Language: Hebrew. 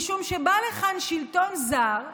משום שבא לכאן שלטון זר ואמר: